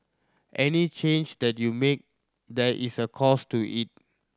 any change that you make there is a cost to it